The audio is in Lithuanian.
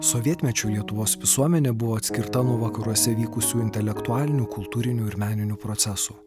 sovietmečiu lietuvos visuomenė buvo atskirta nuo vakaruose vykusių intelektualinių kultūrinių ir meninių procesų